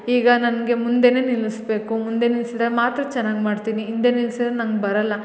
ಈಗ ನನಗೆ ಮುಂದೆ ನಿಲ್ಲ್ಸ್ಬೇಕು ಮುಂದೆ ನಿಲ್ಸಿದ್ದರೆ ಮಾತ್ರ ಚೆನ್ನಾಗಿ ಮಾಡ್ತೀನಿ ಹಿಂದೆ ನಿಲ್ಸಿದ್ದರೆ ನಂಗೆ ಬರಲ್ಲ